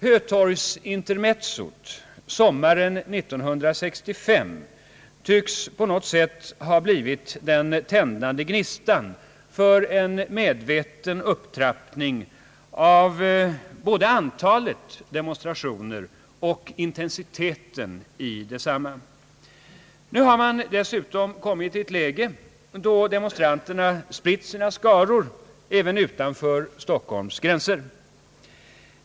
Hötorgsintermezzot sommaren 1965 tycks på något sätt ha blivit den tändande gnistan för en medveten upptrappning av både antalet demonstrationer och intensiteten i desamma. Nu har man dessutom kommit i ett läge då demonstranterna spritt sina skaror även utanför Stockholms gränser.